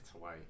away